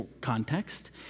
context